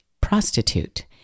prostitute